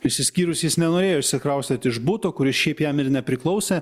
išsiskyrus jis nenorėjo išsikraustyti iš buto kuris šiaip jam ir nepriklausė